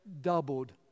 doubled